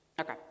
Okay